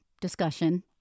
discussion